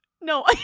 No